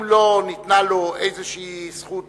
אם לא ניתנה לו איזו זכות